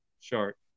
shark